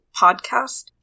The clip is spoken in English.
podcast